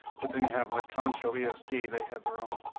but then you have like concho vs d they have their own?